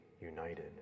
united